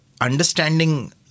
understanding